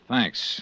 Thanks